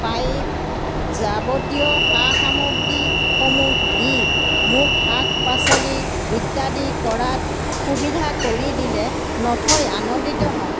pipe যাৱতীয় সা সামগ্ৰীসমূহ দি মোক শাক পাচলি ইত্যাদি কৰাত সুবিধা কৰি দিলে নথৈ আনন্দিত হ'ম